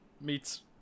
meets